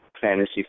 fantasy